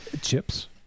Chips